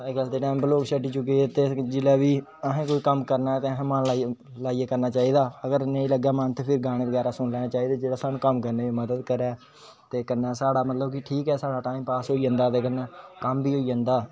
अजकल दे टाइम उपर लोग छडी चुके दे ते जिसले बी आसे कोई कम्म करना ते मन लाइयै करना चाहिदा अगर नेई लग्गे मन ते फिर गाने बगैरा सुनी लेने चाहिदे जेहडा सानू करने च मदद करे ते कन्ने साडा मतलब ठीक ऐ साडा टाइम पास होई जंदा ओहदे कन्ने कम बी होई जंदा